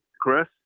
Chris